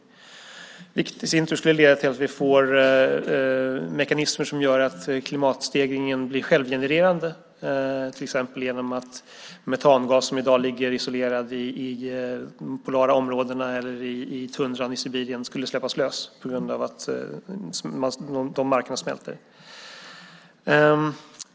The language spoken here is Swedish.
Det skulle i sin tur leda till att vi får mekanismer som gör att temperaturstegringen blir självgenererande till exempel genom att den metangas som i dag ligger isolerad i polarområden eller i tundran i Sibirien skulle släppas lös på grund av att de markerna smälter.